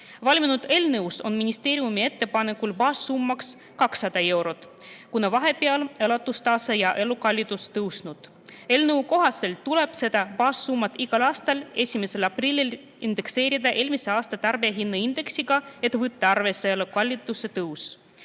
Valminud eelnõus on ministeeriumi ettepanekul baassummaks 200 eurot, kuna vahepeal on elatustase ja elukallidus tõusnud. Eelnõu kohaselt tuleb seda baassummat igal aastal 1. aprillil indekseerida eelmise aasta tarbijahinnaindeksiga, et võtta arvesse elukalliduse tõus.